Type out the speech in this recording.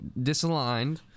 disaligned